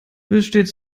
besteht